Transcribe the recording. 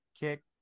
kick